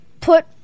put